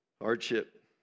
Hardship